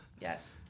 Yes